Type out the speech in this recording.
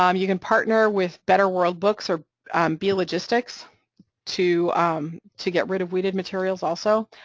um you can partner with better world books or b-logistics to to get rid of weighted materials also,